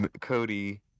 Cody